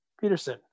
Peterson